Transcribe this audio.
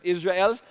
Israel